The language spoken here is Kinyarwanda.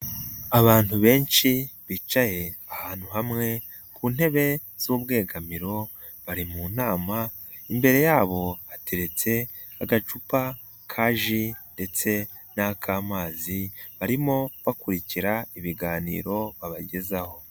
Abantu benshi, bicaye ahantu hamwe, ku ntebe z'ubwegamiro, bari mu nama. Imbere yabo hateretse agacupa kaji ndetse n'akamazi, barimo bakurikira ibiganiro babagezaho.